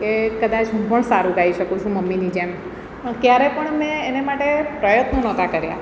કે કદાચ હું પણ સારું ગાઈ શકું છું મમ્મીની જેમ ક્યારે પણ મેં એને માટે પ્રયત્નો નહોતા કર્યા